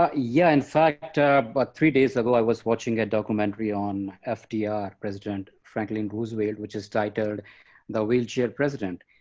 ah yeah, in fact, about ah but three days ago i was watching a documentary on fdr, president franklin roosevelt, which is titled the wheelchair president.